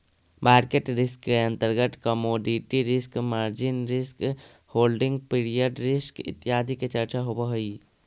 market risk के अंतर्गत commodity risk, margin risk, holding period risk इत्यादि के चर्चा होवऽ हई